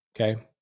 Okay